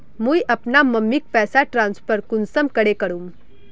मुई अपना मम्मीक पैसा ट्रांसफर कुंसम करे करूम?